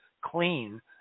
clean